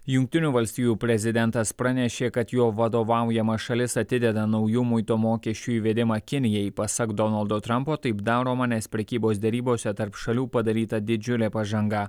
jungtinių valstijų prezidentas pranešė kad jo vadovaujama šalis atideda naujų muito mokesčių įvedimą kinijai pasak donaldo trampo taip daroma nes prekybos derybose tarp šalių padaryta didžiulė pažanga